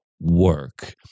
work